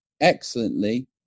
excellently